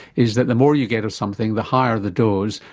is that the more you get of something, the higher the dose,